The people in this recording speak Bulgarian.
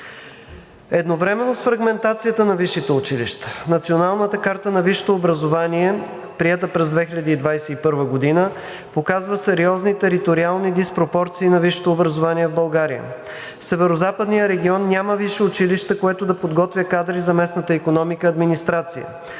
Едновременно с фрагментацията на висшите училища Националната карта на висшето образование, приета през 2021 г., показва сериозни териториални диспропорции на висшето образование в България. Северозападният регион няма висше училище, което да подготвя кадри за местната икономика, администрация.